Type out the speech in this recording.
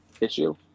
issue